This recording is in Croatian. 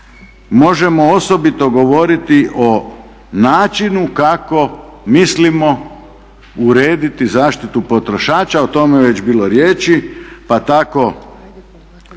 možemo osobito govoriti o načinu kako mislimo urediti zaštitu potrošača. O tome je već bilo riječi pa tako